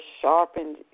sharpened